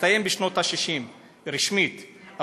הסתיים רשמית בשנות ה-60,